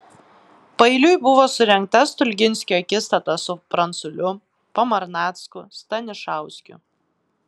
paeiliui buvo surengta stulginskio akistata su pranculiu pamarnacku stanišauskiu